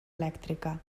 elèctrica